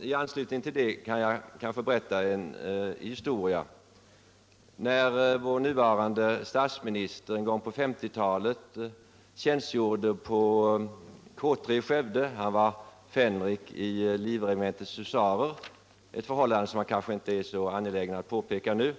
I anslutning till det kan jag kanske berätta en historia. När vår nuvarande statsminister någon gång på 1950-talet tjänstgjorde på K 3 i Skövde — han var fänrik vid Kungl. Livregementets husarers reserv, ett förhållande som han kanske inte är så angelägen om att påpeka nu